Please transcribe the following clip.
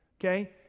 Okay